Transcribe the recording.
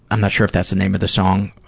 i'm not sure if that's the name of the song,